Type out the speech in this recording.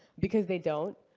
because they don't.